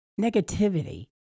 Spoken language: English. negativity